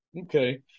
Okay